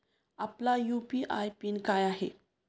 आपला UPI PIN काय आहे?